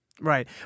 Right